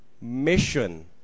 Mission